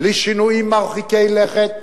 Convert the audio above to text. שינויים מרחיקי לכת.